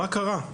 מה קרה?